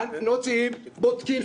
בודקים,